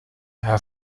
herr